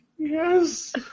Yes